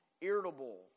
irritable